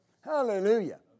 Hallelujah